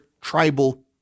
tribal